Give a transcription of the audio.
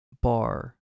bar